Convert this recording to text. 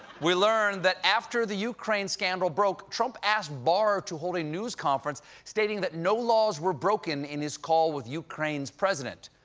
we learned that after the ukraine scandal broke, trump asked barr to hold a news conference stating that no laws were broken in his call with ukraine's president.